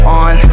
on